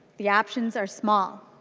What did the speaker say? the options are small.